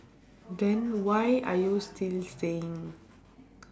then why are you still staying